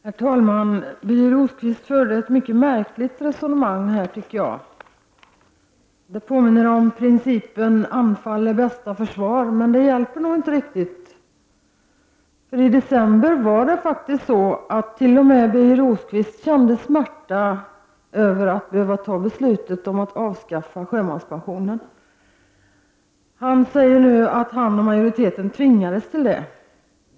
Herr talman! Jag tycker att Birger Rosqvist förde ett mycket märkligt resonemang. Det påminner om principen att anfall är bästa försvar. Men det hjälper nog inte riktigt. T.o.m. Birger Rosqvist kände smärta i december över att behöva fatta beslutet om att avskaffa sjömanspensionen. Birger Rosqvist säger nu att han och majoriteten tvingades till det.